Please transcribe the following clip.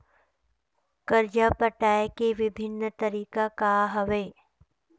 करजा पटाए के विभिन्न तरीका का हवे?